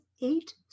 eight